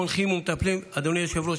מטפחים חונכים ומטפלים, אדוני היושב-ראש,